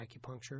acupuncture